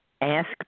ask